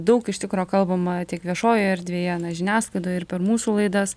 daug iš tikro kalbama tik viešojoje erdvėje na žiniasklaidoj ir per mūsų laidas